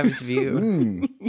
view